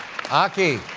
aki,